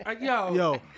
Yo